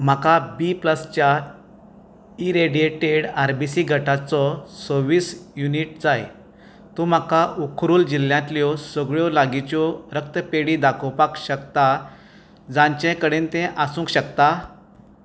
म्हाका बी प्लसच्या irradiated RBC गटाचो सव्वीस युनिट जाय तूं म्हाका उखरुल जिल्ल्यांतल्यो सगळ्यो लागींच्यो रक्तपेढी दाखोवपाक शकता जांचे कडेन तें आसूंक शकता